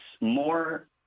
more